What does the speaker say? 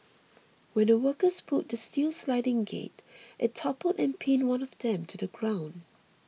when the workers pulled the steel sliding gate it toppled and pinned one of them to the ground